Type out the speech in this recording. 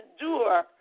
endure